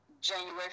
January